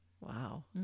Wow